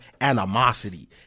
animosity